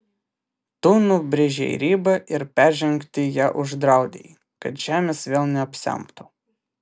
tu nubrėžei ribą ir peržengti ją uždraudei kad žemės vėl neapsemtų